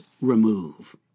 remove